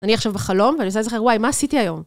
אני עכשיו בחלום, ואני מנסה להיזכר, וואי, מה עשיתי היום?